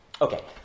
Okay